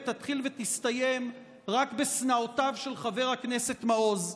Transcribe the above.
תתחיל ותסתיים רק בשנאותיו של חבר הכנסת מעוז.